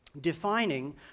defining